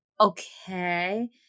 Okay